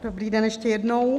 Dobrý den ještě jednou.